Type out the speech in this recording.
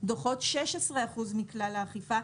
דוחות המהווים 16 אחוזים מכלל האכיפה.